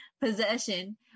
possession